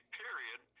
period